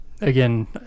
again